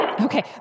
Okay